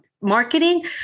marketing